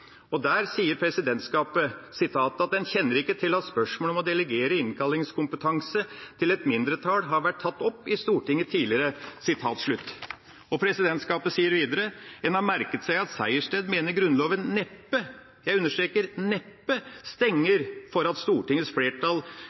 innstillinga. Der sier presidentskapet at en «kjenner ikke til at spørsmålet om å delegere innkallingskompetansen til et mindretall har vært tatt opp i Stortinget tidligere.» Presidentskapet sier videre at en «har merket seg at Sejersted mener Grunnloven neppe» – jeg understreker neppe – «stenger for at Stortingets flertall